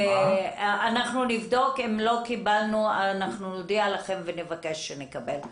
נבדוק, אם לא קיבלנו נודיע לכם ונבקש לקבל.